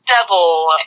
devil